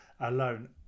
alone